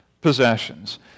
possessions